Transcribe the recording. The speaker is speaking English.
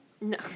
no